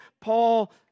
Paul